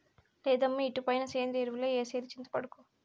లేదమ్మీ ఇటుపైన సేంద్రియ ఎరువులే ఏసేది చింతపడకు